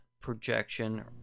projection